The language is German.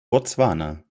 botswana